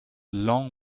long